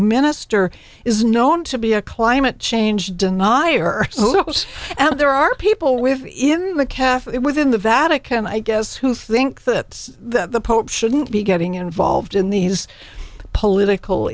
minister is known to be a climate change denier and there are people with even a calf it within the vatican i guess who think that the pope shouldn't be getting involved in these political